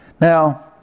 Now